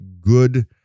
good